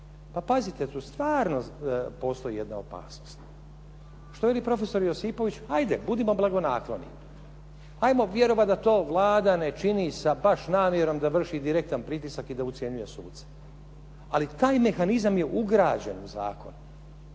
pa pazite tu stvarno postoji jedna opasnost. Što veli profesor Josipović, hajde budimo blagonakloni, hajmo vjerovati da to Vlada ne čini sa baš namjerom da vrši direktan pritisak i da ucjenjuje suce. Ali taj mehanizam je ugrađen u zakon,